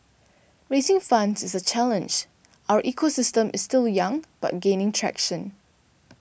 raising funds is a challenge our ecosystem is still young but gaining traction